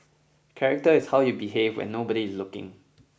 character is how you behave when nobody is looking